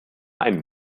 einen